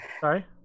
sorry